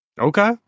Okay